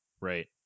Right